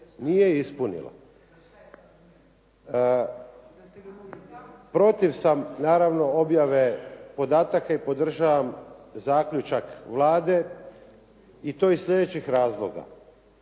nije ispunila. Protiv sam naravno objave i podržavam zaključak Vlade i to iz sljedećih razloga.